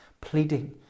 pleading